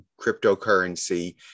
cryptocurrency